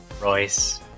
Royce